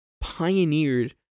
pioneered